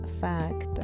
fact